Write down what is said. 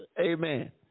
amen